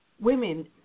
women